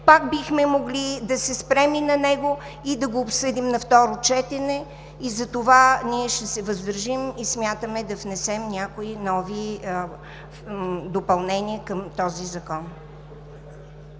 пак бихме могли да се спрем и на него, и да го обсъдим на второ четене. Затова ние ще се въздържим и смятаме да внесем някои нови допълнения към този закон.